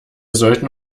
sollten